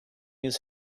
his